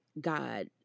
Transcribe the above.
God